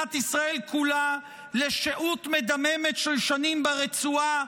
ומדינת ישראל כולה לשהות מדממת של שנים ברצועה